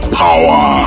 power